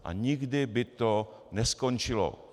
A nikdy by to neskončilo.